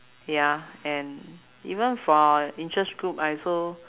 ya and even for interest group I also